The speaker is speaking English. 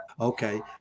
okay